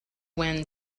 wind